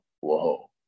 whoa